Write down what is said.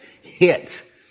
hit